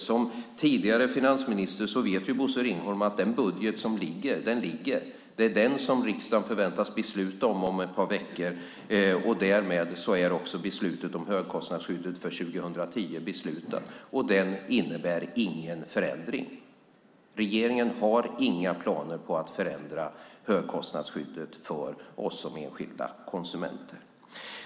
Som tidigare finansminister vet Bosse Ringholm att den budget som ligger gäller, det är den som riksdagen om ett par veckor förväntas besluta om och därmed också besluta om högkostnadsskyddet för 2010. Det innebär ingen förändring. Regeringen har inga planer på att förändra högkostnadsskyddet för oss som enskilda konsumenter.